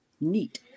neat